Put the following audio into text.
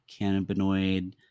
cannabinoid